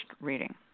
reading